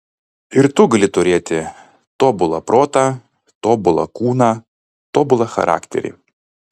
ir tu gali turėti tobulą protą tobulą kūną tobulą charakterį